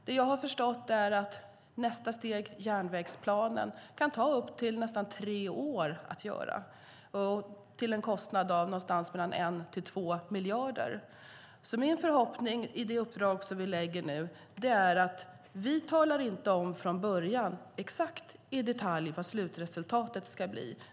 Det jag har förstått är att nästa steg i järnvägsplanen kan ta upp till tre år att göra, till en kostnad av mellan 1 och 2 miljarder. I det uppdrag som vi lägger nu talar vi från början inte om exakt i detalj vad slutresultatet ska bli.